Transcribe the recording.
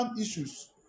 issues